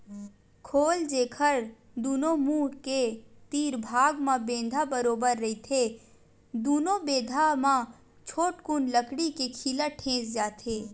खोल, जेखर दूनो मुहूँ के तीर भाग म बेंधा बरोबर रहिथे दूनो बेधा म छोटकुन लकड़ी के खीला ठेंसे जाथे